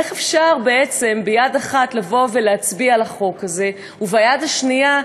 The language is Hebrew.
איך אפשר ביד אחת לבוא ולהצביע על החוק הזה וביד השנייה,